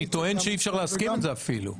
אני טוען שאי אפשר להסכים עם זה אפילו.